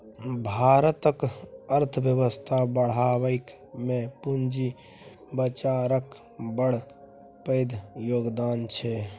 भारतक अर्थबेबस्था बढ़ाबइ मे पूंजी बजारक बड़ पैघ योगदान छै